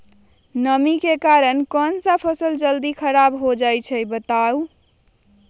नमी के कारन कौन स फसल जल्दी खराब होई छई बताई?